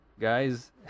guys